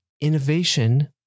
Innovation